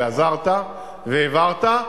ועזרת, והעברת,